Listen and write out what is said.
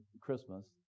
Christmas